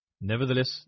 Nevertheless